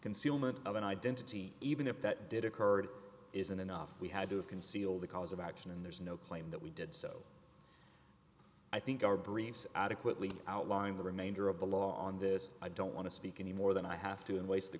concealment of an identity even if that did occur it isn't enough we had to conceal the cause of action and there's no claim that we did so i think our briefs adequately outlined the remainder of the law on this i don't want to speak any more than i have to and waste the